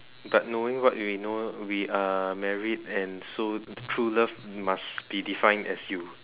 but knowing what we know we are married and so true love must be defined as you